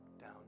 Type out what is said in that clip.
down